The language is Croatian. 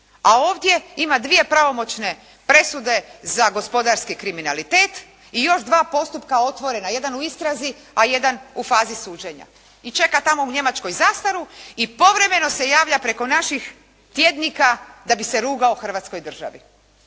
a ovdje ima dvije pravomoćne presude za gospodarski kriminalitet i još dva postupka otvorena, jedan u istrazi, a jedan u fazi suđenja. I čeka tamo u Njemačkoj zastaru i povremeno se javlja preko naših tjednika da bi se rugao Hrvatskoj državi.